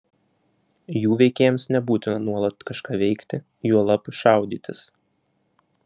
jų veikėjams nebūtina nuolat kažką veikti juolab šaudytis